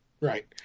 Right